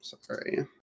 sorry